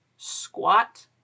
Squat